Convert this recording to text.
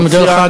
אני מודה לך.